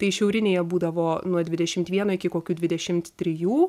tai šiaurinėje būdavo nuo dvidešimt vieno iki kokių dvidešimt trijų